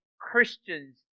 Christians